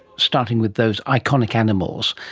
starting with those iconic animals.